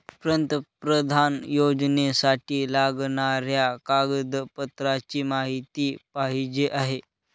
पंतप्रधान योजनेसाठी लागणाऱ्या कागदपत्रांची माहिती पाहिजे आहे